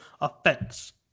offense